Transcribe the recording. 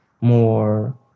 more